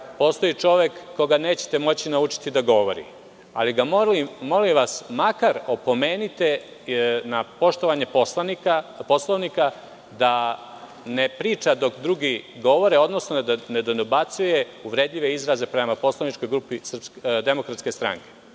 postoji čovek koga nećete moći naučiti da govori, ali molim vas, makar ga opomenite na poštovanje Poslovnika, da ne priča dok drugi govore, odnosno da ne dobacuje uvredljive izraze prema poslaničkoj grupi DS i ovo nije